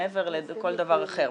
מעבר לכל דבר אחר,